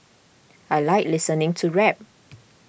I like listening to rap